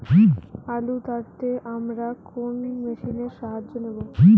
আলু তাড়তে আমরা কোন মেশিনের সাহায্য নেব?